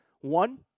One